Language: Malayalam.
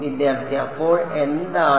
വിദ്യാർത്ഥി അപ്പോൾ എന്താണ്